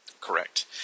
Correct